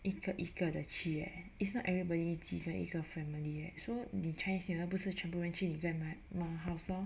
一个一个的企业 eh it's not everybody 计算一个 family so 你差显得不是全部问句你再买嘛好骚